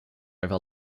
over